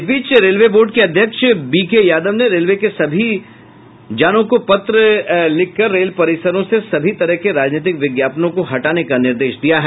इस बीच railway board को अध्यक्ष बी के यादव ने रेलवे के सभी जोनों को पत्र लिखकर रेल परिसरों से सभी तरह के राजनीतिक विज्ञापनों को हटाने का निर्देश दिया है